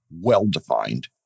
well-defined